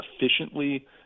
efficiently